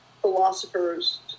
philosophers